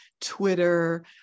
Twitter